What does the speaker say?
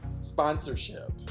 sponsorship